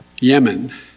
Yemen